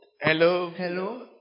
Hello